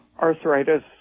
Arthritis